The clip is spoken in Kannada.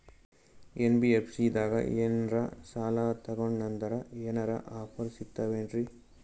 ಎನ್.ಬಿ.ಎಫ್.ಸಿ ದಾಗ ಏನ್ರ ಸಾಲ ತೊಗೊಂಡ್ನಂದರ ಏನರ ಆಫರ್ ಸಿಗ್ತಾವೇನ್ರಿ?